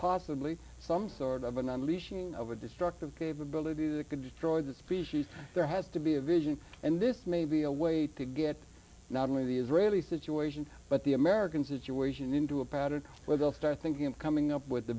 possibly some sort of an unleashing of a destructive capability that could destroy the species there has to be a vision and this may be a way to get not only the israeli situation but the americans as you asian into a pattern where they'll start thinking and coming up with the